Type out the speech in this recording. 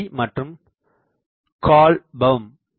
கிரி மற்றும் கார்ல்பௌம்